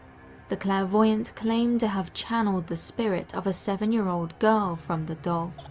the clairvoyant claimed to have channeled the spirit of a seven-year-old girl from the doll.